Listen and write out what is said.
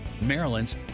Maryland's